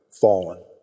fallen